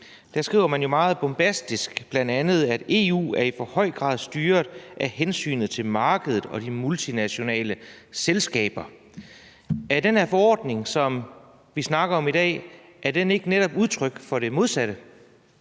skriver man jo bl.a. meget bombastisk, at EU i for høj grad er styret af hensynet til markedet og de multinationale selskaber. Er den her forordning, vi snakker om i dag, ikke netop udtryk for det modsatte?